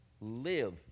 live